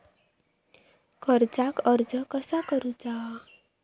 कर्जाक अर्ज कसा करुचा?